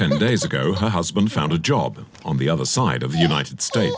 ten days ago her husband found a job on the other side of the united states